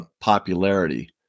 popularity